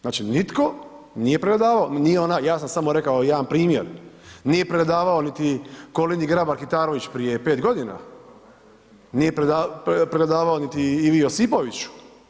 Znači, nitko nije pregledavao, nije ona ja sam samo rekao jedan primjer, nije pregledavao niti Kolindi Grabar Kitarović prije 5 godina, nije pregledavao niti Ivi Josipoviću.